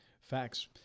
facts